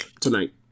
tonight